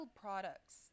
products